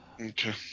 Okay